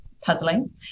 puzzling